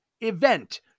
event